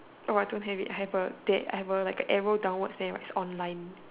oh I don't have it I have a date I have a like a arrow downwards there writes online